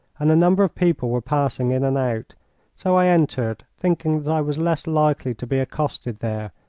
and a number of people were passing in and out so i entered, thinking that i was less likely to be accosted there,